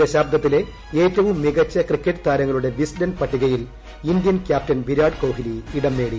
ഈ ദശാബ്ദത്തിലെ ഏറ്റവും മികച്ച ക്രിക്കറ്റ് താരങ്ങളുടെ വിസ്ഡൻ പട്ടികയിൽ ഇന്ത്യൻ ക്യാപ്റ്റൻ വിരാട് കോഹ്ലി ഇടം നേടി